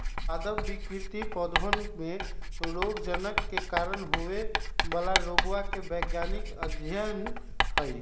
पादप विकृति पौधवन में रोगजनक के कारण होवे वाला रोगवा के वैज्ञानिक अध्ययन हई